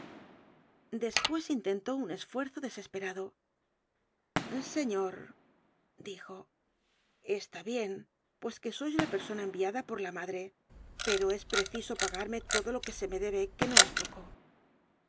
despues intentó un esfuerzo desesperado señor dijo está bien pues que sois la persona enviada por la madre pero es preciso pagarme todo lo que se me debe que no es poco